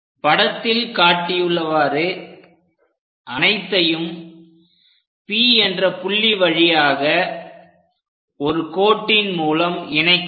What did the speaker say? படத்தில் காட்டியுள்ளவாறு அனைத்தையும் P என்ற புள்ளி வழியாக ஒரு கோட்டின் மூலம் இணைக்கவும்